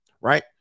right